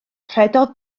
rhedodd